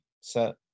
set